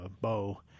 bow